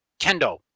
kendo